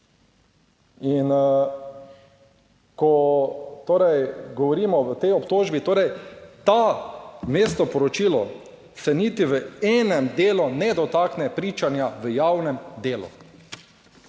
torej govorimo o tej obtožbi, torej to vmesno poročilo se niti v enem delu ne dotakne pričanja v javnem delu.